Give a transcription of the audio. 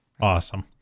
Awesome